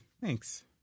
Thanks